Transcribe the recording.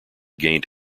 gained